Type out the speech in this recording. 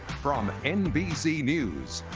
from nbc news,